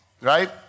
right